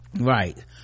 Right